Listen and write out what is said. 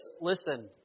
listen